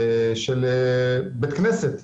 של בית כנסת,